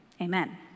amen